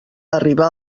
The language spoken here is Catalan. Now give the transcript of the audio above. arribar